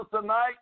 tonight